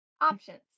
Options